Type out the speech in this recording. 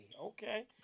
Okay